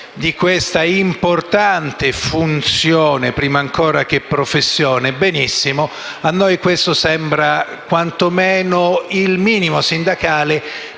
di questa importante funzione, prima ancora che professione. A noi questo sembra il minimo sindacale